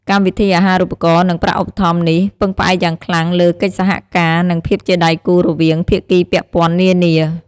កម្មវិធីអាហារូបករណ៍ និង ប្រាក់ឧបត្ថម្ភ នេះ ពឹងផ្អែកយ៉ាងខ្លាំង លើ កិច្ចសហការ និង ភាពជាដៃគូ រវាង ភាគីពាក់ព័ន្ធនានា។